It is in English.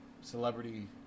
celebrity